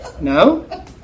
No